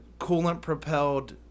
coolant-propelled